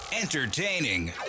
Entertaining